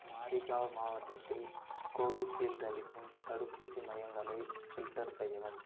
மாரிகாவ் மாவட்டத்தில் கோவிஷீல்ட் அளிக்கும் தடுப்பூசி மையங்களை ஃபில்ட்டர் செய்யவும்